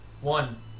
One